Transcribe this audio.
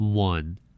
One